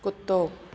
कुत्तो